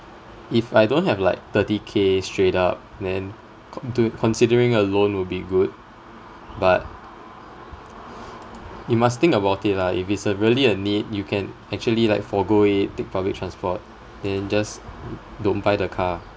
if I don't have like thirty K straight up then con~ the considering a loan would be good but you must think about it lah if it's a really a need you can actually like forego it take public transport then just don't buy the car